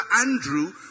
Andrew